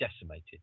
decimated